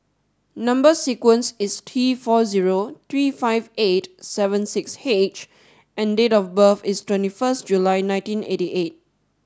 number sequence is T four zero three five eight seven six H and date of birth is twenty first July nineteen eighty eight